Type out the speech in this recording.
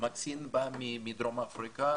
מקסין באה מדרום אפריקה,